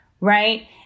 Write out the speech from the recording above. right